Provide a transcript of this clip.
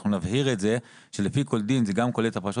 אנחנו נבהיר את זה שלפי כל דין זה גם כולל את ההפרשות